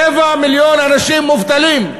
רבע מיליון אנשים מובטלים.